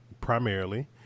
primarily